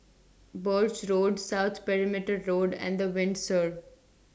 Birch Road South Perimeter Road and The Windsor